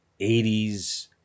80s